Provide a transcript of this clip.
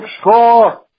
score